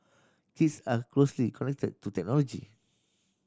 kids are closely connected to technology